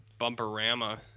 Bumperama